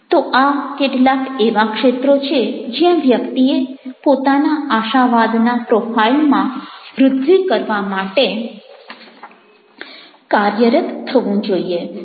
તો આ કેટલાક એવા ક્ષેત્રો છે જ્યાં વ્યક્તિએ પોતાના આશાવાદના પ્રોફાઇલમાં વૃદ્ધિ કરવા માટે કાર્યરત થવું જોઈએ